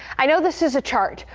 i know this is a chart.